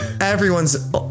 Everyone's